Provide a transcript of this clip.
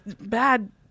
bad